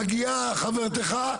מגיעה חברתך,